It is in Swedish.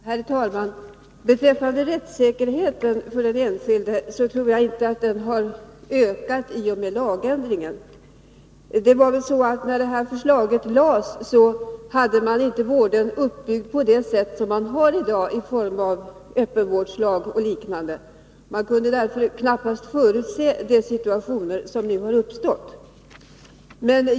Herr talman! Beträffande rättssäkerheten för den enskilde tror jag inte att den har ökat i och med lagändringen. Det var väl så att när detta förslag lades fram var inte vården uppbyggd på det sätt som den är i dag, på grundval av öppenvårdslag och liknande. Man kunde därför knappast förutse de situationer som nu har uppstått.